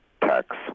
tax